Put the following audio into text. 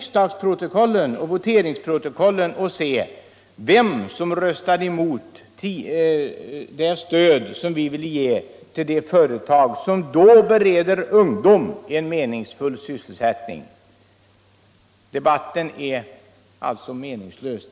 Se efter vilka som då röstade emot det stöd som vi på vårt håll ville ge de företag som beredde ungdomar en meningsfull sysselsättning! Vi är ense om att debatten om vem som var först är meningslös.